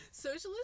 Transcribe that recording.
Socialist